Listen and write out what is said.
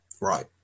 right